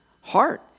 heart